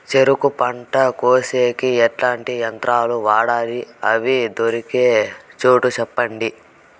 చెరుకు పంట కోసేకి ఎట్లాంటి యంత్రాలు వాడాలి? అవి దొరికే చోటు చెప్పండి?